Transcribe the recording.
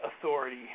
authority